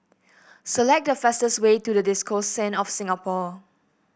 select the fastest way to the Diocese of Singapore